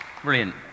Brilliant